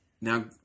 Now